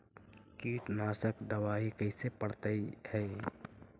कीटनाशक दबाइ कैसे पड़तै है?